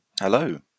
Hello